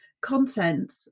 content